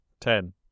ten